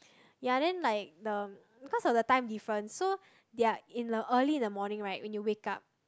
ya then like the because of the time difference so they are in the early in the morning right when you wake up